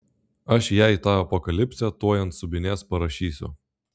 aš jai tą apokalipsę tuoj ant subinės parašysiu